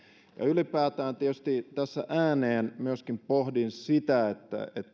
ja ylipäätään tietysti tässä ääneen myöskin pohdin sitä